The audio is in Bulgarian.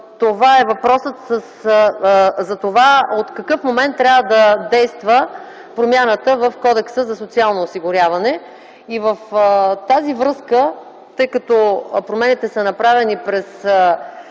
това е въпросът: от какъв момент трябва да действа промяната в Кодекса за социално осигуряване? В тази връзка, тъй като промените са направени в